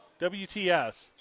WTS